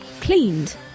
cleaned